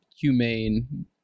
humane